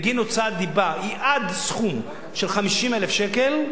בגין הוצאת דיבה היא עד סכום של 50,000 שקל,